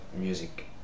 Music